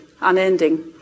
unending